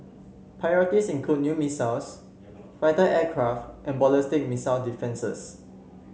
priorities include new missiles fighter aircraft and ballistic missile defences